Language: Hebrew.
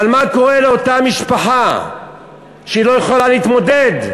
אבל מה קורה לאותה משפחה שלא יכולה להתמודד?